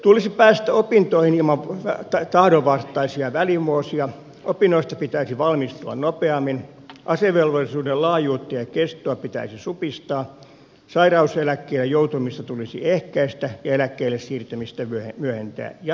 tulisi päästä opintoihin ilman vettä tai tahdon vastaisia välivuosi tahdonvastaisia välivuosia opinnoista pitäisi valmistua nopeammin asevelvollisuuden laajuutta ja kestoa pitäisi supistaa sairauseläkkeelle joutumista tulisi ehkäistä ja eläkkeelle siirtymistä myöhentää ja niin edelleen